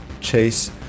Chase